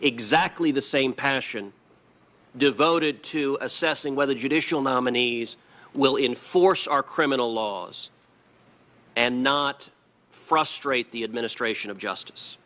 exactly the same passion devoted to assessing whether judicial nominees will enforce our criminal laws and not frustrate the administration of justice